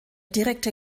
direkte